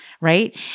Right